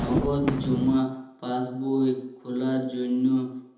নগদ জমা পাসবই খোলার জন্য